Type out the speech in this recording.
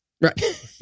Right